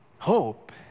Hope